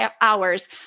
hours